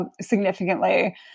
significantly